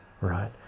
right